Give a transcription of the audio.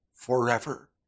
Forever